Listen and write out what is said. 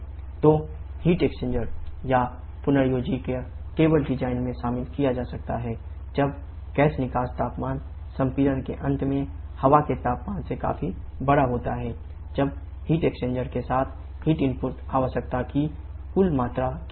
तो heat exchanger आवश्यकता है जो इसके बराबर होगा 𝑞̇𝑖𝑛𝑤𝑖𝑡ℎ 𝐻𝑥 m𝑎cpa जबकि हीट एक्सचेंजर आवश्यकता की मात्रा कितनी है